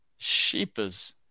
Sheepers